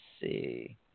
see